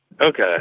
Okay